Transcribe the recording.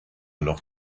noch